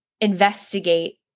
investigate